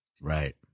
Right